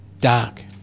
dark